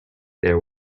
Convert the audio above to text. there